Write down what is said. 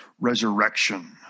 resurrection